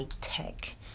tech